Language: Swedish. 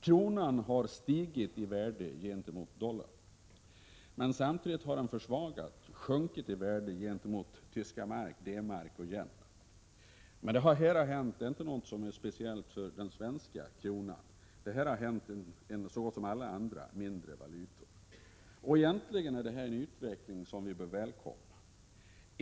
Kronan har stigit i värde gentemot dollarn, men samtidigt har den sjunkit i värde gentemot D-mark och yen. Det är inget speciellt för den svenska kronan. Samma sak har hänt med så gott som alla andra mindre länders valutor. Detta är egentligen en utveckling som vi bör välkomna.